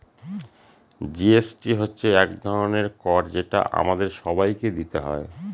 GST হচ্ছে এক ধরনের কর যেটা আমাদের সবাইকে দিতে হয়